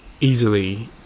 easily